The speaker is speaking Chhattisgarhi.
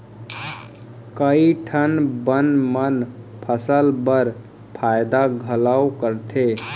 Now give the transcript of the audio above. कई ठन बन मन फसल बर फायदा घलौ करथे